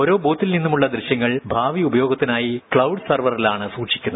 ഓരോബൂത്തിൽ നിന്നുമുള്ള ദൃശ്യങ്ങൾ ഭാവി ഉപയോഗത്തിനായി ക്ലൌഡ് സർവറിൽ സൂക്ഷിക്കും